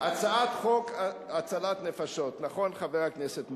הצעת חוק הצלת נפשות, נכון, חבר כנסת מולה.